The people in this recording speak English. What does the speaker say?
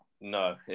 No